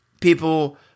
People